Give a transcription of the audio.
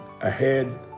ahead